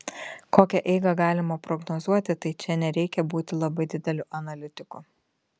kokią eigą galima prognozuoti tai čia nereikia būti labai dideliu analitiku